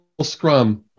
Scrum